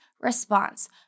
response